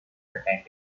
attended